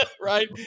Right